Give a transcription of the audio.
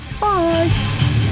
Bye